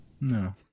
No